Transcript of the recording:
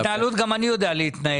גם אני יודע להתנהל.